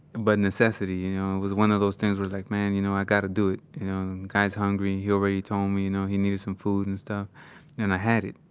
but necessity. you know, it was one of those things like, man, you know i gotta do it. you know, guy's hungry. he already told me, you know, he needed some food and stuff and i had it.